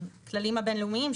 בכללים הבין-לאומיים,